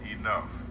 enough